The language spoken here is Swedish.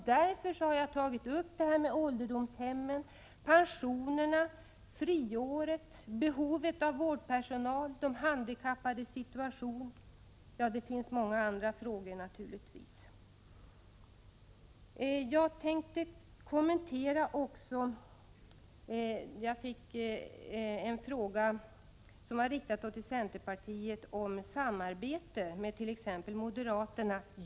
Därför har jag tagit upp frågor som gäller ålderdomshemmen, pensionerna, friåret, behovet av vårdpersonal och de handikappades situation. Ja, det finns naturligvis också många andra frågor. Jag fick en fråga riktad till oss i centerpartiet om samarbete med t.ex. moderaterna.